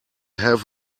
have